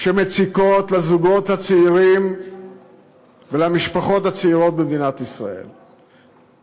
שמציקות לזוגות הצעירים ולמשפחות הצעירות במדינת ישראל,